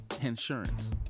Insurance